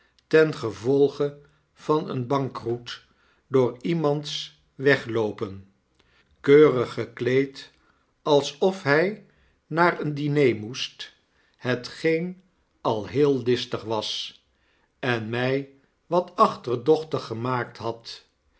ten gevolge van een bankroet door iemands wegloopen keurig gekleed alsof hy naar een diner moest hetgeen alheellistig was en mij wat achterdochtig gemaakt had